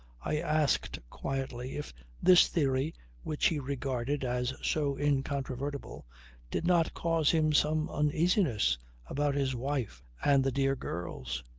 i asked quietly if this theory which he regarded as so incontrovertible did not cause him some uneasiness about his wife and the dear girls?